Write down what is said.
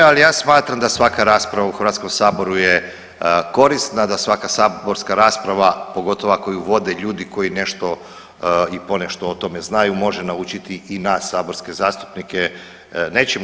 Ali ja smatram da svaka rasprava u Hrvatskom saboru je korisna, da svaka saborska rasprava pogotovo ako je vode ljudi koji nešto i ponešto o tome znaju, može naučiti i nas saborske zastupnike nečemu.